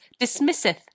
dismisseth